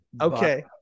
Okay